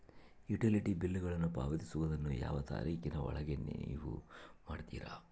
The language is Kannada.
ಯುಟಿಲಿಟಿ ಬಿಲ್ಲುಗಳನ್ನು ಪಾವತಿಸುವದನ್ನು ಯಾವ ತಾರೇಖಿನ ಒಳಗೆ ನೇವು ಮಾಡುತ್ತೇರಾ?